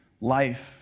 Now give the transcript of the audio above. life